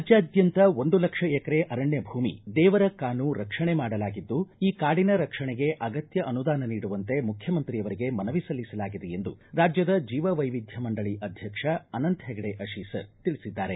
ರಾಜ್ಞದಾದ್ಯಂತ ಒಂದು ಲಕ್ಷ ಎಕರೆ ಅರಣ್ಣ ಭೂಮಿ ದೇವರ ಕಾನು ರಕ್ಷಣೆ ಮಾಡಲಾಗಿದ್ದು ಈ ಕಾಡಿನ ರಕ್ಷಣೆಗೆ ಅಗತ್ತ ಅನುದಾನ ನೀಡುವಂತೆ ಮುಖ್ಯಮಂತ್ರಿಯವರಿಗೆ ಮನವಿ ಸಲ್ಲಿಸಲಾಗಿದೆ ಎಂದು ರಾಜ್ಯದ ಜೀವವೈವಿಧ್ದ ಮಂಡಳಿ ಅಧ್ಯಕ್ಷ ಅನಂತ ಹೆಗಡೆ ಅಶೀಸರ ತಿಳಿಸಿದ್ದಾರೆ